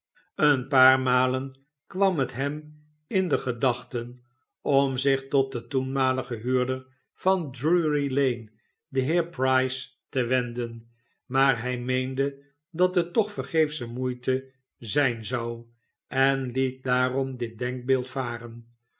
een paar malen kwam het hem in de gedachten om zich tot den toenmaligen huurder van drury-lane den heer price te wenden maar hij meende dat het toch vergeefsche moeite zijn zou en liet daarom dit denkbeeld varen